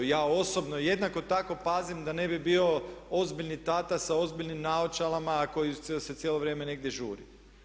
Ja osobno jednako tako pazim da ne bi bio ozbiljni tata sa ozbiljnim naočalama koji se cijelo vrijeme negdje žuri.